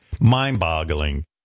Mind-boggling